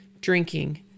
drinking